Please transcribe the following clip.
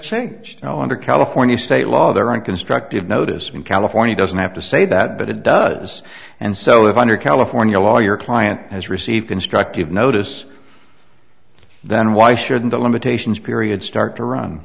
changed now under california state law they're on constructive notice in california doesn't have to say that but it does and so if under california law your client has received constructive notice then why should the limitations period start to run